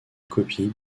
copie